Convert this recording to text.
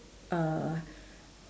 uh